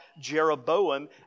Jeroboam